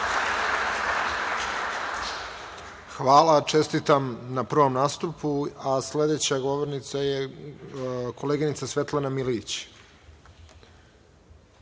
Hvala. Čestitam na prvom nastupu. Sledeća govornica je koleginica Svetlana Milijić.